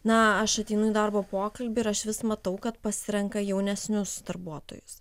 na aš ateinu į darbo pokalbį ir aš vis matau kad pasirenka jaunesnius darbuotojus